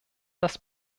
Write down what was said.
das